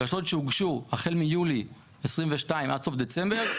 בקשות שהוגשו החל מיולי 2022 עד סוף דצמבר,